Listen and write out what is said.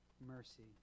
mercy